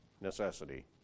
necessity